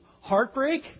heartbreak